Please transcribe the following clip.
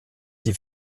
die